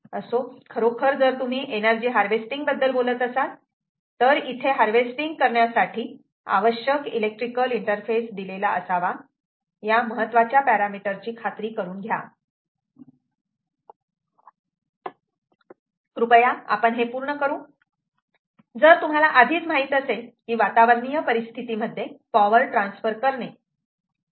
असो खरोखर जर तुम्ही एनर्जी हार्वेस्टिंग बद्दल बोलत असाल तर इथे हार्वेस्टिंग करण्यासाठी आवश्यक इलेक्ट्रिकल इंटरफेस दिलेला असावा या महत्त्वाच्या पॅरामिटर ची खात्री करून घ्या कृपया आपण हे पूर्ण करू जर तुम्हाला आधीच माहित असेल वातावरणीय परिस्थिती मध्ये पॉवर ट्रान्सफर करणे